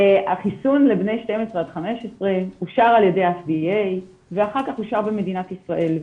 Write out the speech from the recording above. החיסון לבני 15-12 אושר על ידי ה-FDA ואחר כך אושר במדינת ישראל.